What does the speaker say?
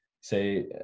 say